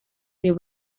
they